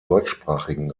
deutschsprachigen